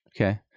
Okay